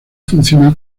funciona